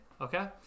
Okay